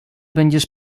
będziesz